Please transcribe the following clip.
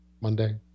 Monday